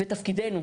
ותפקידנו,